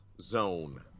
zone